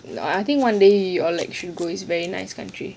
I think one day you all like should go is a very nice country